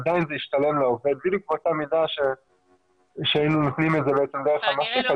עדיין זה ישתלם לעובד בדיוק באותה מידה שהיינו נותנים את זה דרך המעסיק,